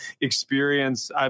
experience